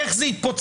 איך זה התפוצץ?